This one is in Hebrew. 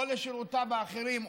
או לשירותיו האחרים,